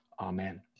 Amen